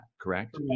correct